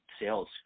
sales